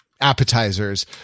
appetizers